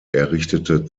errichtete